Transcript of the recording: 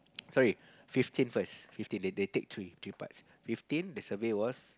sorry fifteen first fifteen they they they take three three parts fifteen the survey was